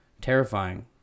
Terrifying